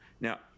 Now